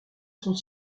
sont